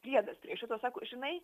priedas prie šito sako žinai